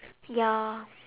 ya